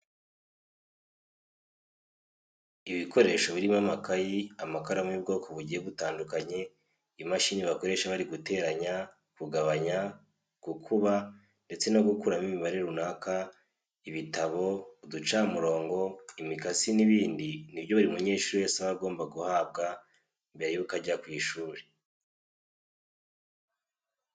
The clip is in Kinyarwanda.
Ibikoresho birimo amakayi, amakaramu y'ubwoko bugiye butandukanye, imashini bakoresha bari guteranya, kugabanya, gukuba ndetse no gukuramo imibare runaka, ibitabo, uducamurongo, imikasi n'ibindi, ni byo buri munyeshuri wese aba agomba guhabwa mbere yuko ajya ku ishuri.